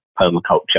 permaculture